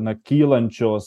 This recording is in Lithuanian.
na kylančios